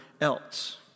else